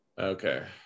Okay